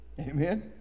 Amen